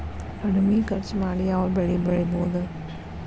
ಕಡಮಿ ಖರ್ಚ ಮಾಡಿ ಯಾವ್ ಬೆಳಿ ಬೆಳಿಬೋದ್?